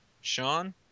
sean